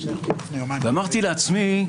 אמרתי לעצמי: